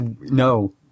No